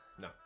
No